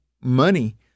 money